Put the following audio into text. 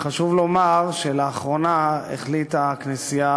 וחשוב לומר שלאחרונה החליטה הכנסייה